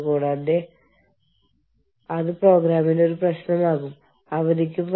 ഒന്നുകിൽ ബിസിനസ്സ് പൂട്ടുന്നു അല്ലെങ്കിൽ ജോലിസ്ഥലം പൂട്ടുന്നു